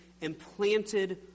implanted